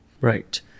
Right